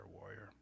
warrior